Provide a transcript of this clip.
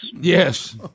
Yes